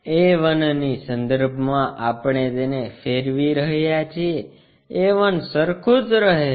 a 1 ની સંદર્ભમાં આપણે તેને ફેરવી રહ્યા છીએ a 1 સરખું જ રહે છે